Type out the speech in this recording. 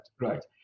right